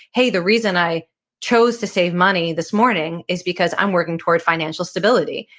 hey, the reason i chose to save money this morning is because i'm working toward financial stability.